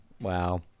Wow